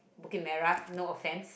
Bukit-Merah no offence